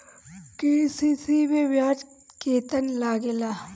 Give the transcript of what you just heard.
KCC मै ब्याज केतनि लागेला?